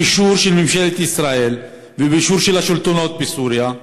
באישור של ממשלת ישראל ובאישור של השלטונות בסוריה,